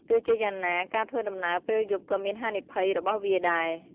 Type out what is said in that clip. ទោះជាយ៉ាងណា ការធ្វើដំណើរពេលយប់ក៏មានហានិភ័យរបស់វាដែរ។